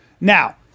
Now